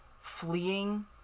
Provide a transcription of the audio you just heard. fleeing